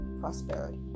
prosperity